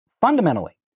fundamentally